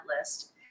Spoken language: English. list